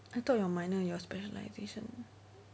I thought your minor is your specialisation